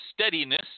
Steadiness